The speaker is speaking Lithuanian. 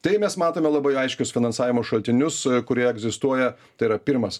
tai mes matome labai aiškius finansavimo šaltinius kurie egzistuoja tai yra pirmas